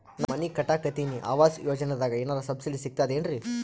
ನಾ ಮನಿ ಕಟಕತಿನಿ ಆವಾಸ್ ಯೋಜನದಾಗ ಏನರ ಸಬ್ಸಿಡಿ ಸಿಗ್ತದೇನ್ರಿ?